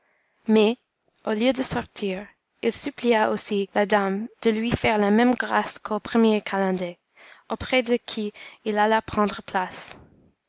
mais au lieu de sortir il supplia aussi la dame de lui faire la même grâce qu'au premier calender auprès de qui il alla prendre place